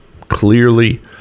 clearly